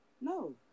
No